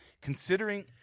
considering